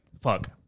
Fuck